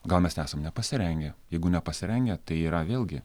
gal mes nesame nepasirengę jeigu nepasirengę tai yra vėlgi